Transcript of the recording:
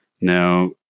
Now